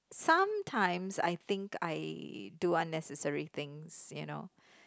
sometimes I think I do unnecessary things you know